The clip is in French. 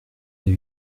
des